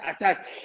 attack